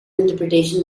interpretation